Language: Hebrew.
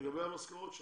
לגבי המשכורות שלכם.